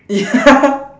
ya